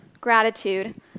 gratitude